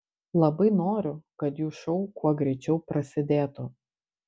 labai noriu kad jų šou kuo greičiau prasidėtų